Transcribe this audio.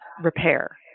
repair